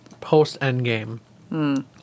Post-Endgame